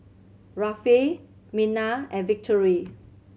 Rafe Mina and Victory